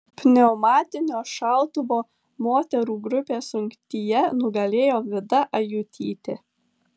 pneumatinio šautuvo moterų grupės rungtyje nugalėjo vida ajutytė